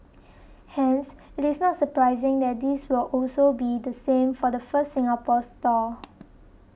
hence it is not surprising that this will also be the same for the first Singapore store